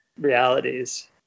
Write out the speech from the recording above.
realities